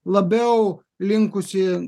labiau linkusi